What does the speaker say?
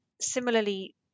similarly